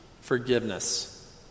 forgiveness